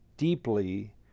deeply